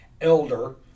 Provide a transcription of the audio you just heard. elder